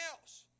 else